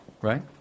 Right